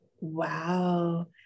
Wow